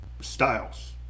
styles